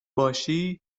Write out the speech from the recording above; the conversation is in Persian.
باشی